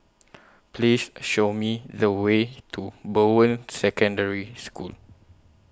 Please Show Me The Way to Bowen Secondary School